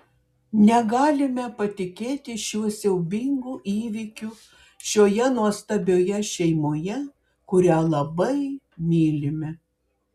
negalime patikėti šiuo siaubingu įvykiu šioje nuostabioje šeimoje kurią labai mylime